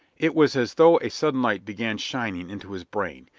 it was as though a sudden light began shining into his brain.